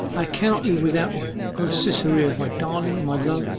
i cannot live without you. o cytherea, my darling, my love,